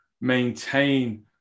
maintain